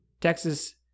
Texas